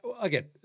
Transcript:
Again